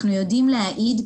אנחנו יודעים להעיד,